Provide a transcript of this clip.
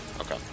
Okay